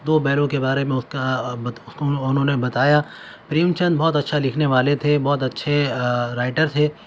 دو بیلوں کے بارے میں اس کا انہوں نے بتایا پریم چند بہت اچھا لکھنے والے تھے بہت اچھے رائٹر تھے